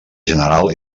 general